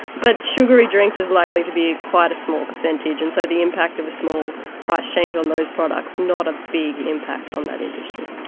but sugary drinks is likely to be quite a small percentage. and so the impact of a small price change on those products, not a big impact on that industry.